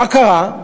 מה קרה?